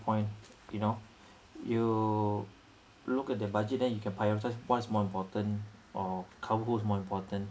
point you know you look at their budget then you can prioritise what's more important or cover who is more important